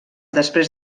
després